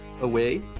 away